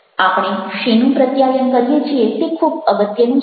આપણે શેનું પ્રત્યાયન કરીએ છીએ તે ખૂબ અગત્યનું છે